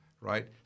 right